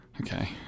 okay